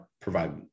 provide